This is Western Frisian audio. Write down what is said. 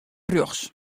rjochts